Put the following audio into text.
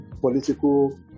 political